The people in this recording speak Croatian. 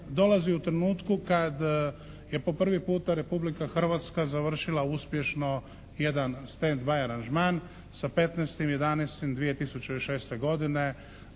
dolazi u trenutku kad je po prvi puta Republika Hrvatska završila uspješno jedan «stand by» aranžman. Sa 15.11.2006. godine